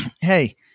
hey